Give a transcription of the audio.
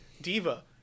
Diva